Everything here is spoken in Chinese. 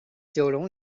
九龙